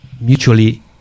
mutually